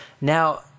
now